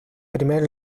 primer